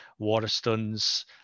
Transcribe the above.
waterstones